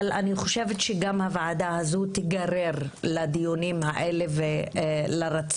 אבל אני חושבת שגם הוועדה הזאת תיגרר לדיונים האלה ולרצון